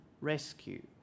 rescue